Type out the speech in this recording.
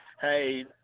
Hey